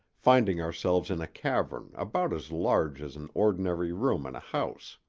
finding ourselves in a cavern about as large as an ordinary room in a house.